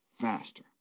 faster